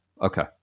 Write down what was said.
okay